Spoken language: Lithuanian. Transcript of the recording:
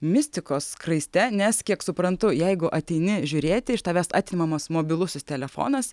mistikos skraiste nes kiek suprantu jeigu ateini žiūrėti iš tavęs atimamas mobilusis telefonas